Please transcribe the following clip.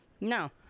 No